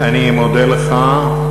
אני מודה לך.